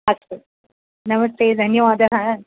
अस्तु नमस्ते धन्यवादः